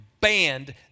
banned